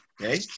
Okay